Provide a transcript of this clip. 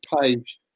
page